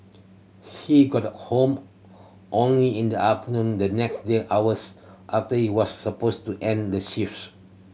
he got home only in the afternoon the next day hours after he was supposed to end the shifts